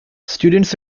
students